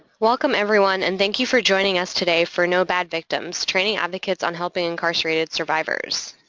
welcome, everyone, and thank you for joining us today for no bad victims training advocates on helping incarcerated survivors.